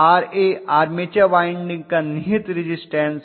Ra armature winding का निहित resistance है